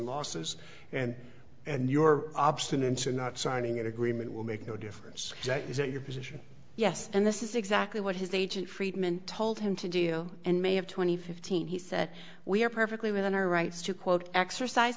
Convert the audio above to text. losses and and your obstinance i'm not signing an agreement will make no difference that is your position yes and this is exactly what his agent friedman told him to do and may have twenty fifteen he said we are perfectly within our rights to quote exercise